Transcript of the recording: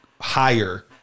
higher